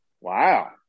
Wow